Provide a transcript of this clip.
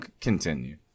continue